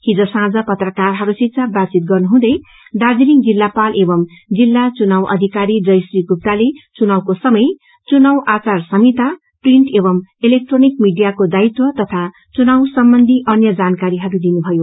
हिज साँझ पत्रकारहरूसित बातचीत गर्नुहुँदै दार्जीलिङ जिल्लापाल एंव जिल्ला चुनाउ अधिकारी जयश्री गुप्ताले चुनाउको समय चुनाउ आचार संहिता प्रिंन्ट एंव इलेक्ट्रोनिक मिडियाको दायित्व तथा चुनाउ सम्बन्धी अन्य जानकारीहरू दिनुभयो